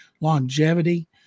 longevity